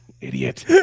idiot